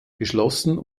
geschlossen